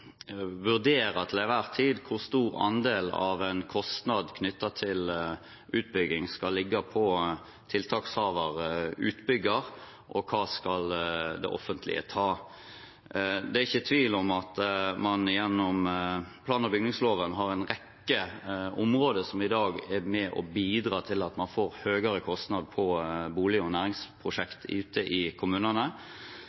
vurdere til enhver tid: Hvor stor andel av en kostnad knyttet til utbygging skal ligge hos tiltakshaver/utbygger, og hva skal det offentlige ta? Det er ikke tvil om at man gjennom plan- og bygningsloven har en rekke områder som i dag er med og bidrar til at man får høyere kostnad på bolig- og